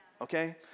Okay